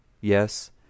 Yes